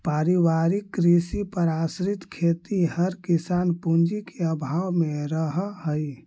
पारिवारिक कृषि पर आश्रित खेतिहर किसान पूँजी के अभाव में रहऽ हइ